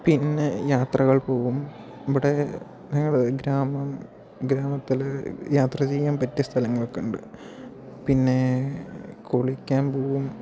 പിന്നെ യാത്രകൾ പോവും ഇവിടെ ഞങ്ങൾ ഗ്രാമം ഗ്രാമത്തിൽ യാത്ര ചെയ്യാൻ പറ്റിയ സ്ഥലങ്ങളൊക്കെ ഉണ്ട് പിന്നെ കുളിക്കാൻ പോവും